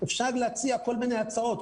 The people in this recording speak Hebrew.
אפשר להציע כל מיני הצעות,